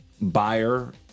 Buyer